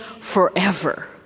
forever